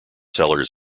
sellers